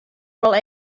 wol